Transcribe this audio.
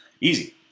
Easy